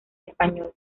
español